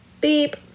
beep